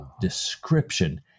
description